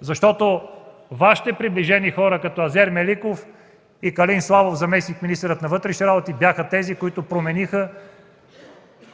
Защото Вашите приближени хора като Азер Меликов и заместник-министърът на вътрешните работи Калин Славов бяха тези, които промениха